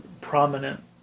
prominent